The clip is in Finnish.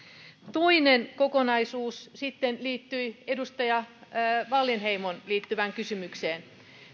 toinen kokonaisuus liittyy sitten edustaja wallinheimon kysymykseen